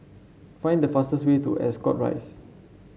find the fastest way to Ascot Rise